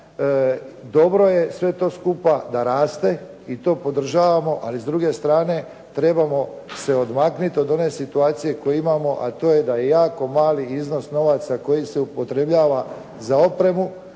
Dobro je sve to skupa da raste i to podržavamo, ali s druge strane trebamo se odmaknuti od one situacije koju imamo, a to je da je jako mali iznos novaca koji se upotrebljava za opremu